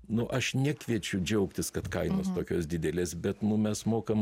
nu aš nekviečiu džiaugtis kad kainos tokios didelės bet nu mes mokam